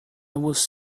was